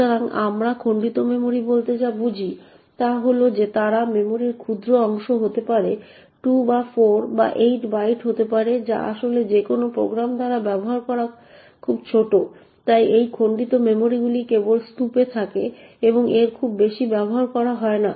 সুতরাং আমরা খণ্ডিত মেমরি বলতে যা বুঝি তা হল যে তারা মেমরির ক্ষুদ্র অংশ হতে পারে 2 বা 4 বা 8 বাইটের হতে পারে যা আসলে যে কোনও প্রোগ্রাম দ্বারা ব্যবহার করা খুব ছোট তাই এই খণ্ডিত মেমরিগুলি কেবল স্তূপে থাকে এবং এর খুব বেশি ব্যবহার করা হয় না